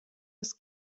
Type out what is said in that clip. des